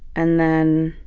and then